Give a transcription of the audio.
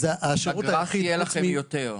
עם הגראס יהיה לכם יותר.